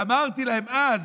ואמרתי להם אז